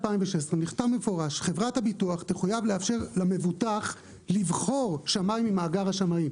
נכתב במפורש שחברת הביטוח תחויב לאפשר למבוטח לבחור שמאי ממאגר השמאים.